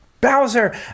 Bowser